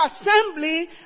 assembly